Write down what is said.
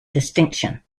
distinction